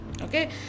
Okay